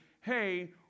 hey